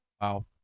wow